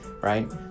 right